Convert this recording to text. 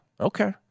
Okay